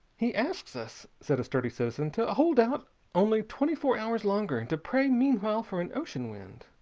he asks us, said a sturdy citizen, to hold out only twenty-four hours longer, and to pray meanwhile for an ocean wind.